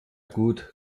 gut